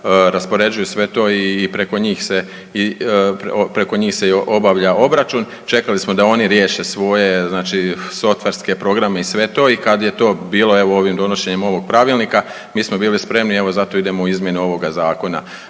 raspoređuju sve to i preko njih se, preko njih se i obavlja obračun. Čekali smo da oni riješe svoje znači softverske programe i sve to i kad je to bilo evo ovim donošenjem ovog pravilnika mi smo bili spremni i evo zato idemo u izmjenu ovoga zakona.